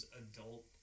adult